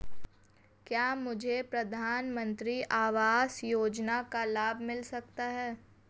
क्या मुझे प्रधानमंत्री आवास योजना का लाभ मिल सकता है?